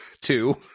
two